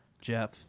Jeff